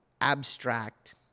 abstract